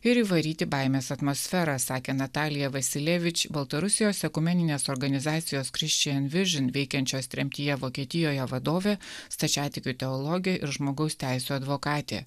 ir įvaryti baimės atmosfera sakė natalija baltarusijos ekumeninės organizacijos veikiančios tremtyje vokietijoje vadovė stačiatikių teologijoje ir žmogaus teisių advokatė